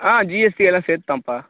ஆ GST எல்லாம் சேர்த்து தான்பா